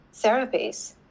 therapies